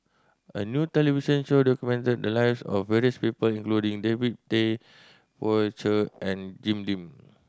a new television show documented the lives of various people including David Tay Poey Cher and Jim Lim